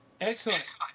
Excellent